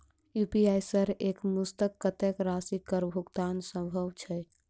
UPI सऽ एक मुस्त कत्तेक राशि कऽ भुगतान सम्भव छई?